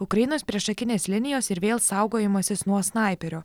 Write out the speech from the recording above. ukrainos priešakinės linijos ir vėl saugojimasis nuo snaiperio